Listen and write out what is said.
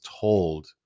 told